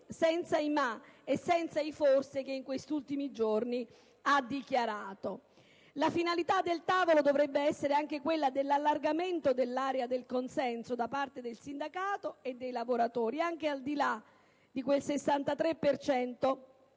senza i se, i ma ed i forse di questi ultimi giorni. La finalità del tavolo dovrebbe essere poi anche quella di un allargamento dell'area del consenso da parte del sindacato e dei lavoratori, anche al di là di quel 63